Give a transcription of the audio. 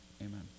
amen